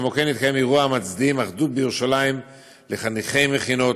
כמו כן התקיים אירוע "מצדיעים אחדות בירושלים" לחניכי מכינות,